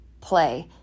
play